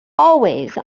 always